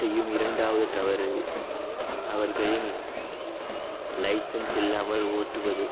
செய்யும் இரண்டாவது தவறு அவர்களின் லைசென்ஸ் இல்லாமல் ஓட்டுவது